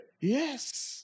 Yes